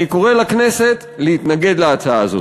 אני קורא לכנסת להתנגד להצעה הזאת.